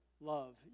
love